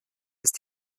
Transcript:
ist